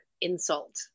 insult